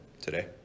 today